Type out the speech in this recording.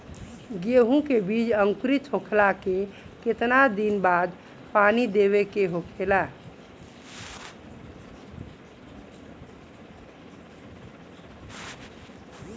गेहूँ के बिज अंकुरित होखेला के कितना दिन बाद पानी देवे के होखेला?